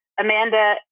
Amanda